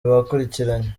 bakurikiranye